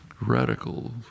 radical